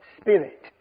Spirit